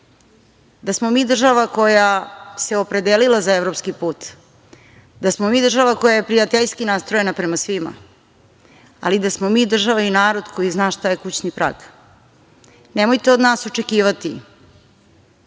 da smo mi država koja se opredelila za evropski put, da smo mi država koja je prijateljski nastrojena prema svima, ali da smo mi država i narod koji zna šta je kućni prag. Nemojte od nas očekivati